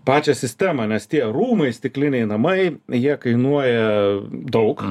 pačią sistemą nes tie rūmai stikliniai namai jie kainuoja daug